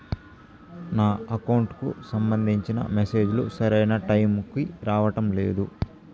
నా అకౌంట్ కు సంబంధించిన మెసేజ్ లు సరైన టైము కి రావడం లేదు